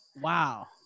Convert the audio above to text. wow